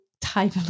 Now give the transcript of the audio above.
type